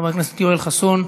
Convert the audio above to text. חבר הכנסת יואל חסון.